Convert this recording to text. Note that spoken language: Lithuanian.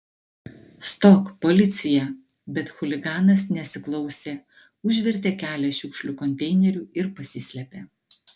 stok policija bet chuliganas nesiklausė užvertė kelią šiukšlių konteineriu ir pasislėpė